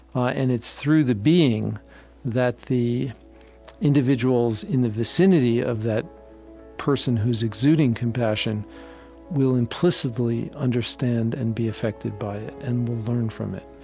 and it's through the being that the individuals in the vicinity of that person who's exuding compassion will implicitly understand and be affected by it and will learn from it.